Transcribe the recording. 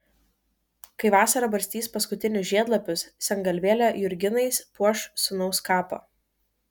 kai vasara barstys paskutinius žiedlapius sengalvėlė jurginais puoš sūnaus kapą